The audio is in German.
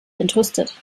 entrüstet